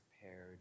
prepared